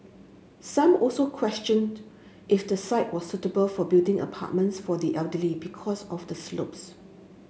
some also questioned if the site was suitable for building apartments for the elderly because of the slopes